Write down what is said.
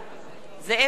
זאב בילסקי,